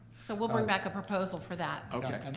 so we'll bring back a proposal for that. okay.